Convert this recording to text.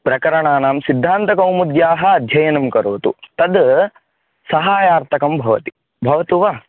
प्रकरणानां सिद्धान्तकौनुमुद्याः अध्ययनं करोतु तद् सहायार्थकं भवति भवतु वा